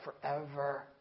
forever